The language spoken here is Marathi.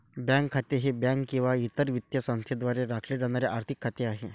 बँक खाते हे बँक किंवा इतर वित्तीय संस्थेद्वारे राखले जाणारे आर्थिक खाते आहे